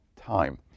time